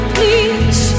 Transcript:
Please